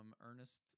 Ernest